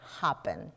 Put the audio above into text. happen